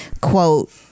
quote